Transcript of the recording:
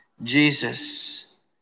Jesus